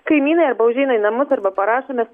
kaimynai arba užeina į namus arba parašome